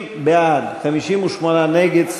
בעד, 58 נגד.